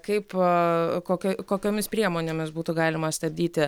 kaip kokio kokiomis priemonėmis būtų galima stabdyti